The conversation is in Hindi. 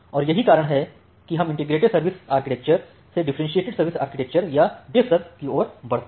और यही कारण है कि हम इंटीग्रेटेड सर्विस आर्किटेक्चर से डिफ्फरेंटीएटेड सर्विस आर्किटेक्चर या डिफसर्व आर्किटेक्चर की ओर बढ़ते हैं